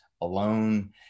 alone